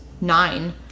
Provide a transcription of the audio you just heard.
nine